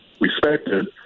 respected